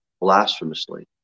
Blasphemously